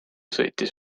sõitis